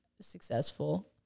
successful